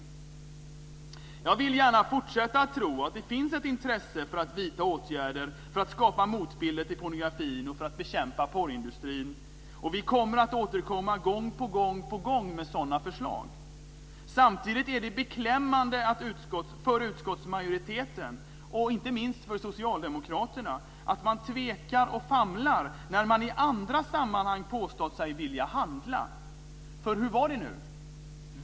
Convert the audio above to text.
Jag vill gärna fortsätta att tro att det finns ett intresse för att vidta åtgärder för att skapa motbilder till pornografin och för att bekämpa porrindustrin, och vi kommer att återkomma gång på gång på gång med sådana förslag. Samtidigt är det beklämmande för utskottsmajoriteten - och inte minst för socialdemokraterna - att man tvekar och famlar, när man i andra sammanhang påstått sig vilja handla. Hur var det nu?